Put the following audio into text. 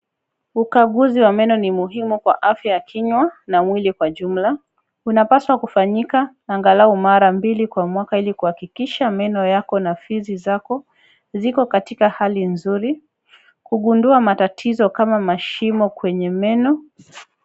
Ukaguzi wa meno ni muhimu kwa afya ya kinywa na mwili kwa jumla unapaswa kufanyika angalau mara mbili kwa mwaka ili kuhakikisha meno yako na fizi zako ziko katika hali nzuri kugundua matatizo kama mashimo kwenye meno